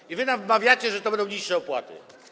I wy nam wmawiacie, że to będą niższe opłaty.